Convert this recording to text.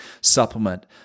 supplement